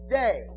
day